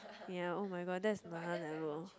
ya oh my god that's another level